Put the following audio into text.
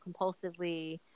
compulsively